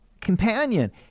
companion